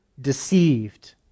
deceived